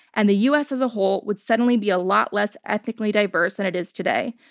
and the us as a whole would suddenly be a lot less ethnically diverse than it is today.